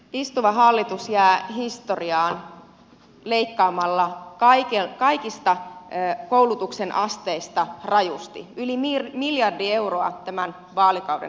istuva hallitus jää historiaan leikkaamalla kaikista koulutuksen asteista rajusti yli miljardi euroa tämän vaalikauden aikana